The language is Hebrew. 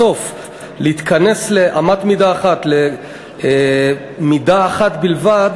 בסוף להתכנס לאמת מידה אחת, מידה אחת בלבד,